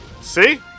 See